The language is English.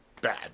bad